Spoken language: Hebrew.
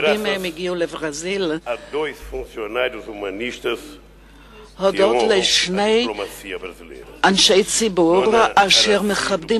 רבים מהם הגיעו לברזיל הודות לשני אנשי ציבור אשר מכבדים